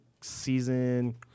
season